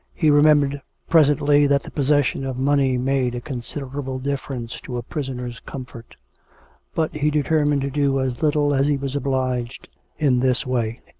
he remembered presently that the pos session of money made a considerable difference to a pris oner's comfort but he determined to do as little as he was obliged in this way.